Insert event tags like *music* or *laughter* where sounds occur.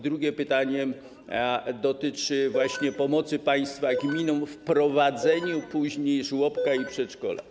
Drugie pytanie dotyczy pomocy *noise* państwa gminom w prowadzeniu później żłobka i przedszkola.